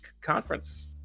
conference